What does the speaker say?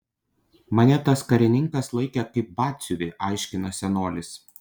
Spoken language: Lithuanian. mane tas karininkas laikė kaip batsiuvį aiškina senolis